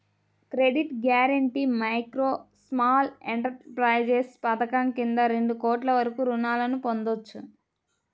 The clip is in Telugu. credit guarantee micro, small enterprises పథకం కింద రెండు కోట్ల వరకు రుణాలను పొందొచ్చు